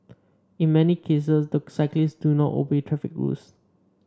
in many cases the cyclists do not obey traffic rules